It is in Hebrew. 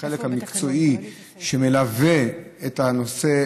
החלק המקצועי שמלווה את הנושא,